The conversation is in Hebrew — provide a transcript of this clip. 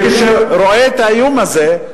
וכשראש הממשלה רואה את האיום הזה,